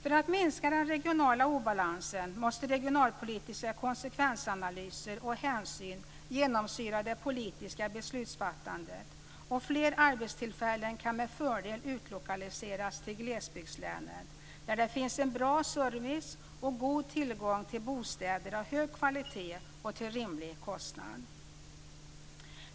För att minska den regionala obalansen måste regionalpolitiska konsekvensanalyser och hänsyn genomsyra det politiska beslutsfattandet, och fler arbetstillfällen kan med fördel utlokaliseras till glesbygdslänen, där det finns en bra service och god tillgång till bostäder av hög kvalitet och till rimlig kostnad.